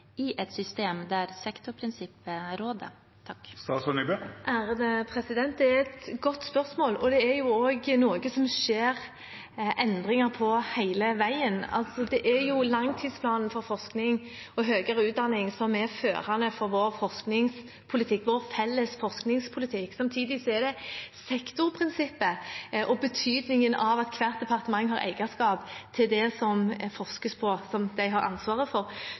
i et system der sektorprinsippet råder? Det er et godt spørsmål, og dette er noe det skjer endringer på hele veien. Det er langtidsplanen for forskning og høyere utdanning som er førende for vår forskningspolitikk – vår felles forskningspolitikk. Samtidig er sektorprinsippet og betydningen av at hvert departement har eierskap til det det forskes på, som de har ansvaret for,